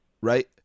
right